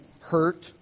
hurt